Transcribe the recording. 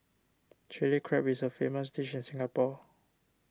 Chilli Crab is a famous dish in Singapore